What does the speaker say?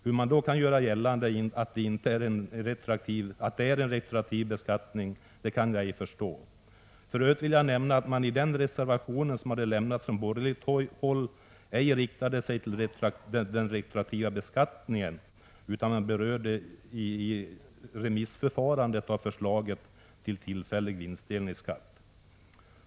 Hur man då kan göra gällande att det är en retroaktiv beskattning kan jag ej förstå. För övrigt vill jag nämna, att man i den reservation som hade lämnats från borgerligt håll ej riktade sig mot den retroaktiva beskattningen utan berörde remissförfarandet av förslaget till tillfällig vinstdelningsskatt.